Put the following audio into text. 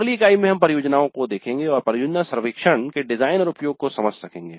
अगली इकाई में हम परियोजना को देखेंगे और परियोजना सर्वेक्षण के डिजाइन और उपयोग को समझ सकेंगे